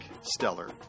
Stellar